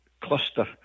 cluster